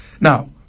Now